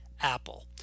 Apple